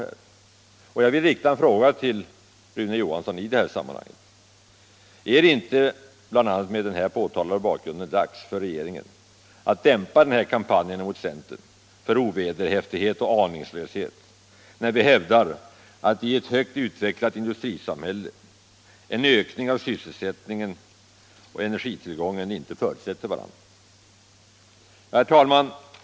Jag vill därför rikta en fråga till Rune Johansson: Är det inte, bl.a. mot den här påtalade bakgrunden, dags för regeringen att dämpa sin kampanj mot centern för ovederhäftighet och aningslöshet, när vi hävdar att i ett högt utvecklat industrisamhälle en ökning av sysselsättning och energitillgång inte förutsätter varandra? Herr talman!